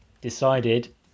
decided